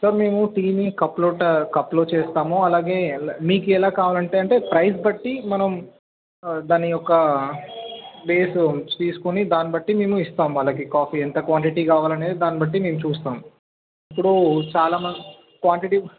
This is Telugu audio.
సార్ మేము టీని కప్లోట కప్పులో చేస్తాము అలాగే మీకు ఎలా కావాలంటే అంటే ప్రైజ్ బట్టి మనం దాని యొక్క ప్లేసు తీసుకొని దాన్నిబట్టి ఇస్తాం మేము ఇస్తాం కాఫీ ఎంత క్వాలిటీ దాన్ని బట్టి మేము చూస్తాం ఇప్పుడు చాలామంది క్వాంటిటీ